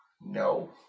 No